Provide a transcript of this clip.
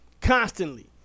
Constantly